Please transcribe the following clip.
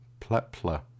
Plepler